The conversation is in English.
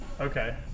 Okay